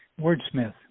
wordsmith